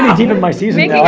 deep in my season